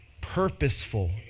purposeful